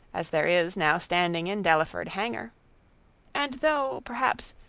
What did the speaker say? as there is now standing in delaford hanger and though, perhaps,